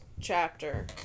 chapter